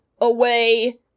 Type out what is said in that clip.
away